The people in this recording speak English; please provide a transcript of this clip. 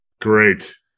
Great